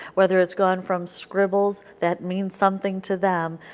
whether it has gone from scribbles that means something to them,